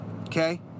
okay